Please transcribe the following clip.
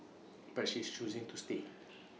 but she is choosing to stay